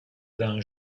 d’un